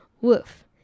Woof